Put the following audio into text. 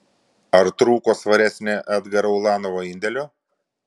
ar trūko svaresnio edgaro ulanovo indėlio